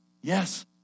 Yes